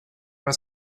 was